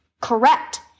Correct